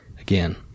again